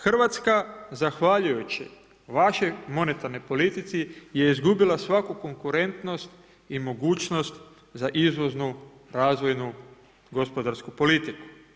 Hrvatska zahvaljujući vašoj monetarnoj politici je izgubila svaku konkurentnost i mogućnost za izvoznu razvojnu gospodarsku politiku.